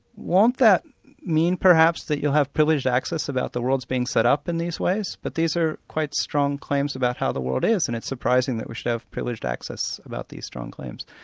won't that mean perhaps that you'll have privileged access about the worlds being set up in these ways? but these are quite strong claims about how the world is, and it's surprising that we should have priliveged access about these strong claims.